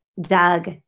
Doug